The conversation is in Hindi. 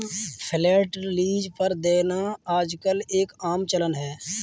फ्लैट लीज पर देना आजकल एक आम चलन है